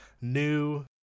new